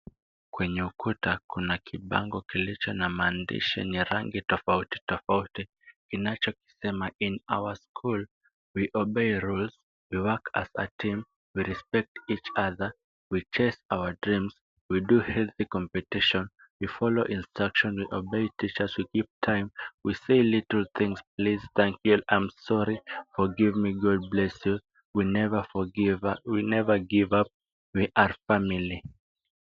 Kwenye ukuta kuna kibango kilicho na maandishi. Ni ya rangi tofauti tofauti inachokisema ,In our school we obey rules, we work as a team, we respect each other, we chase our dreams, we do healthy competition, we follow instructions, we obey teachers, we keep time, we say little things; please, thank you, I'm sorry, forgive me, God bless you, we never give up, we are family .